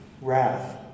Wrath